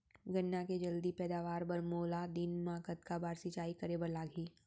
गन्ना के जलदी पैदावार बर, मोला दिन मा कतका बार सिंचाई करे बर लागही?